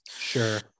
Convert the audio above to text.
Sure